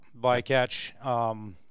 bycatch